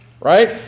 Right